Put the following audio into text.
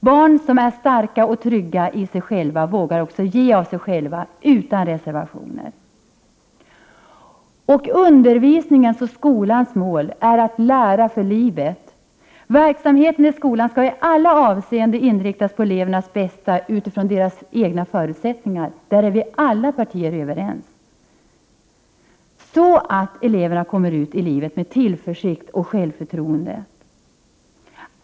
Barn som är starka och trygga i sig själva vågar också ge av sig själva utan reservation. Undervisningens och skolans mål är att lära för livet. Verksamheten i skolan skall — och på den punkten är alla partier överens — i alla avseenden inriktas på elevernas bästa utifrån deras egna förutsättningar, så att de kommer ut i livet med tillförsikt och självförtroende.